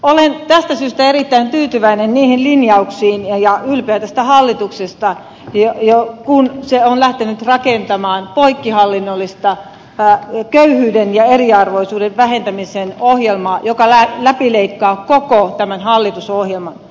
olen tästä syystä erittäin tyytyväinen niihin linjauksiin ja ylpeä tästä hallituksesta kun se on lähtenyt rakentamaan poikkihallinnollista köy hyyden ja eriarvoisuuden vähentämisen ohjelmaa joka läpileikkaa koko tämän hallitusohjelman